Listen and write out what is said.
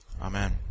Amen